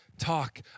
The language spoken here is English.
Talk